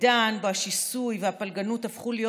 בעידן שבו השיסוי והפלגנות הפכו להיות